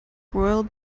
world